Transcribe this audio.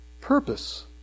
purpose